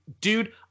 dude